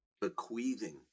bequeathing